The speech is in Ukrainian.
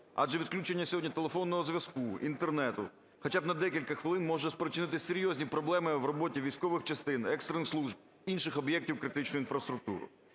адже відключення сьогодні телефонного зв'язку, Інтернету хоча б на декілька хвилин може спричинити серйозні проблеми в роботі військових частин, екстрених служб, інших об'єктів критичної інфраструктури.